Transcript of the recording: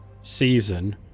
season